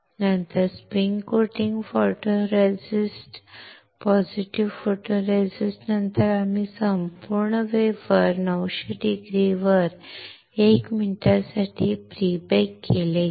नंतर spin coating positive photoresist positive photoresist नंतर आम्ही संपूर्ण वेफर 900C वर 1 मिनिटासाठी प्री बेक केले